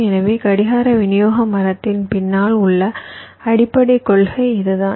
எனவே கடிகார விநியோக மரத்தின் பின்னால் உள்ள அடிப்படைக் கொள்கை இதுதான்